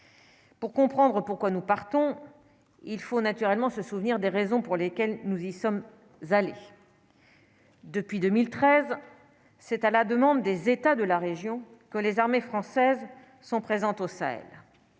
pour comprendre pourquoi nous partons il faut naturellement se souvenir des raisons pour lesquelles nous y sommes allés depuis 2013, c'est à la demande des États de la région que les armées françaises sont présentes au Sahel